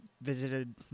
visited